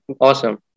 awesome